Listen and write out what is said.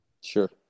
Sure